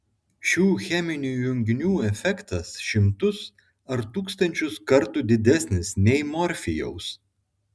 šių cheminių junginių efektas šimtus ar tūkstančius kartų didesnis nei morfijaus